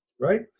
Right